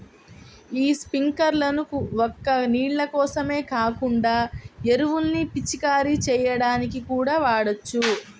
యీ స్పింకర్లను ఒక్క నీళ్ళ కోసమే కాకుండా ఎరువుల్ని పిచికారీ చెయ్యడానికి కూడా వాడొచ్చు